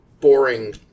boring